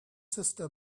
sister